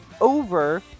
over